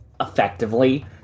effectively